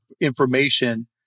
information